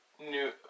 New